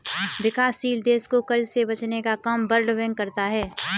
विकासशील देश को कर्ज से बचने का काम वर्ल्ड बैंक करता है